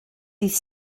dydd